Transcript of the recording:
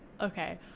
Okay